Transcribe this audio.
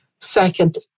Second